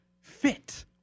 fit